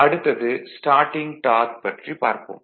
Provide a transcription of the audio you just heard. அடுத்தது starting torque பற்றி பார்ப்போம்